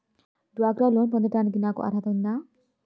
డ్వాక్రా లోన్ పొందటానికి నాకు అర్హత ఉందా?